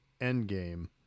Endgame